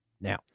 now